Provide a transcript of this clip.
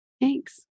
Thanks